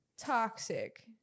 toxic